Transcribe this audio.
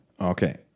Okay